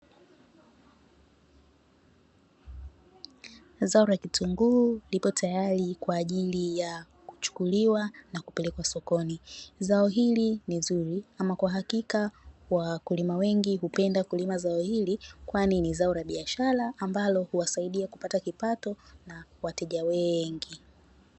Zao la kitunguu lipo tayari Kwa ajili ya kuchukuliwa na kupelekwa sokoni. Zao hili ni zuri, ama kwa hakika. Wakulima wengi hupenda kulima zao hili, kwani ni zao la biashara ambalo husaidia kupata kipato na wateja wengi.